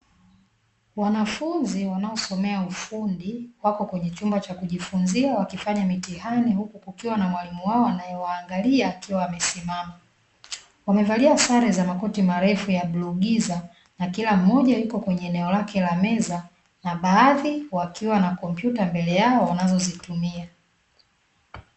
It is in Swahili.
Wanafunzi wanaosoma ufundi, wako kwenye chumba cha kujifunzia wakifanya mitihani huku kukiwa na mwalimu wao anayewaangalia akiwa amesimama. Wamevaa sare za makoti marefu ya bulu giza na kila mmoja yuko kwenye eneo lake la meza, na baadhi wakiwa na kompyuta mbele yao wanazozitumia.